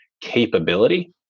capability